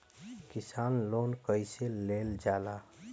किसान लोन कईसे लेल जाला?